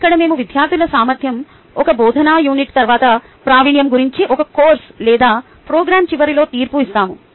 ఇక్కడ మేము విద్యార్థుల సామర్థ్యం ఒక బోధనా యూనిట్ తర్వాత ప్రావీణ్యం గురించి ఒక కోర్సు లేదా ప్రోగ్రామ్ చివరిలో తీర్పు ఇస్తాము